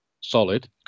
solid